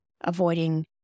avoiding